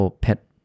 pet